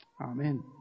Amen